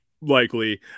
likely